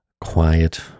quiet